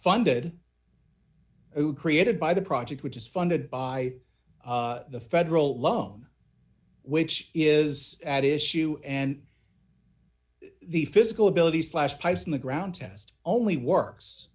funded created by the project which is funded by the federal loan which is at issue and the physical ability slash pipes in the ground test only works